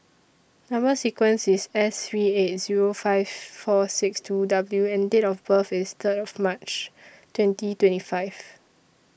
Number sequence IS S three eight Zero five four six two W and Date of birth IS Third of March twenty twenty five